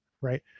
right